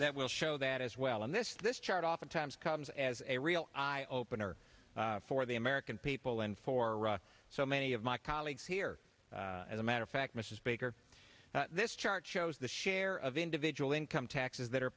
that will show that as well and this this chart oftentimes comes as a real eye opener for the american people and for so many of my colleagues here as a matter of fact mrs baker this chart shows the share of individual income taxes that are